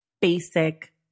basic